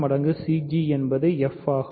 மடங்கு cg என்பது f ஆகும்